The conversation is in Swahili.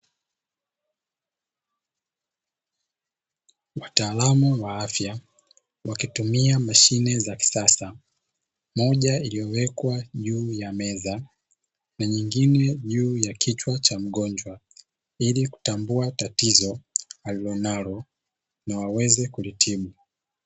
Wataalamu wa afya wakitumia mashine za kisasa moja iliyowekwa juu ya meza, na nyingine juu ya kichwa cha mgonjwa ili kutambua tatizo alilonalo, na waweze kulitibu.